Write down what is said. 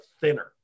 thinner